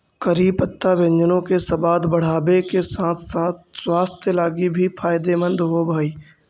करी पत्ता व्यंजनों के सबाद बढ़ाबे के साथ साथ स्वास्थ्य लागी भी फायदेमंद होब हई